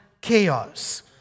chaos